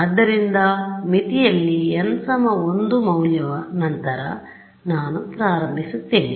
ಆದ್ದರಿಂದಮಿತಿಯಲ್ಲಿ n 1 ಮೌಲ್ಯ ನಂತರ ನಾನು ಪ್ರಾರಂಭಿಸುತ್ತೇನೆ